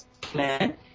plan